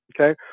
okay